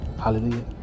hallelujah